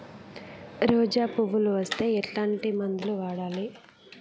రోజా పువ్వులు వస్తే ఎట్లాంటి మందులు వాడాలి?